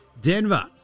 Denver